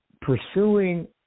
pursuing